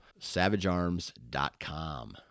SavageArms.com